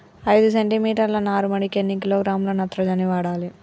ఐదు సెంటి మీటర్ల నారుమడికి ఎన్ని కిలోగ్రాముల నత్రజని వాడాలి?